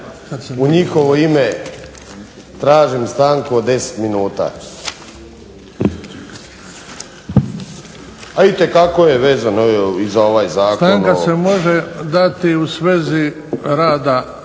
U njihovo ime tražim stanku od 10 minuta. A itekako je vezano i za ovaj zakon. **Bebić, Luka (HDZ)** Stanka se može dati u svezi rada